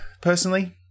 personally